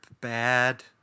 bad